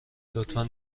لطفا